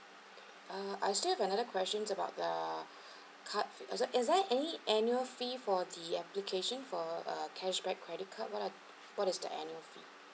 uh I still have another questions about the card also is there any annual fee for the application for a cashback credit card what are what is the annual fee